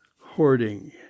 Hoarding